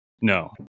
No